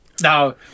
Now